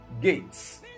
gates